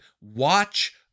watch